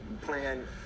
plan